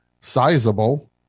sizable